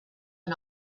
and